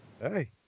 Hey